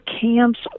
camps